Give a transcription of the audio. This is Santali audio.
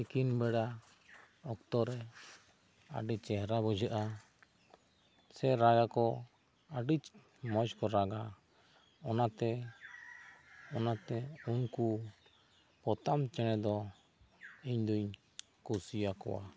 ᱛᱤᱠᱤᱱ ᱵᱮᱲᱟ ᱚᱠᱛᱚ ᱨᱮ ᱟᱹᱰᱤ ᱪᱮᱦᱨᱟ ᱵᱩᱡᱷᱟᱹᱜᱼᱟ ᱥᱮ ᱨᱟᱜᱽ ᱟᱠᱚ ᱟᱹᱰᱤ ᱢᱚᱡᱽ ᱠᱚ ᱨᱟᱜᱟ ᱚᱱᱟᱛᱮ ᱚᱱᱟᱛᱮ ᱩᱱᱠᱩ ᱯᱚᱛᱟᱢ ᱪᱮᱬᱮ ᱫᱚ ᱤᱧ ᱫᱚᱧ ᱠᱩᱥᱤᱭᱟᱠᱚᱣᱟ